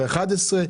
11,